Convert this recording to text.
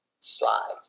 slide